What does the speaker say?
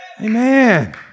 Amen